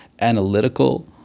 analytical